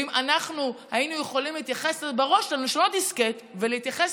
ואם אנחנו היינו יכולים לשנות דיסקט ולהתייחס